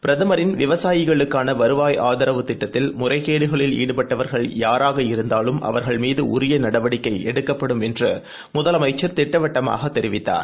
பிரதமரின் விவசாயிகளுக்கானவருவாய் ஆதரவு திட்டத்தில் முறைகேடுகளில் ஈடுபட்டவர்கள் யாராக இருந்தாலும் அவர்கள் மீதுஉரியநடவடிக்கைஎடுக்கப்படும் என்றும் முதலமைச்சா் திட்டவட்டமாகத் தெரிவித்தார்